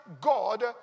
God